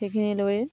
সেইখিনি লৈয়ে